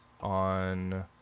on